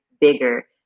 bigger